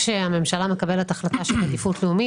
כאשר הממשלה מקבלת החלטה של עדיפות לאומית,